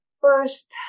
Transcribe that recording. first